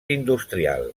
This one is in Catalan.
industrial